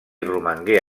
romangué